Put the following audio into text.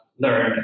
learn